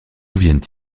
viennent